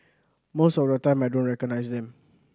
most of the time I don't recognise them